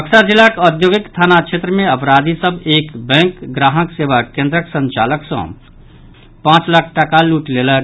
बक्सर जिलाक औद्योगिक थाना क्षेत्र मे अपराधी सभ एक बैंक ग्राहक सेवा केन्द्रक संचालक सॅ पांच लाख टाका लूटि लेलक